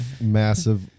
massive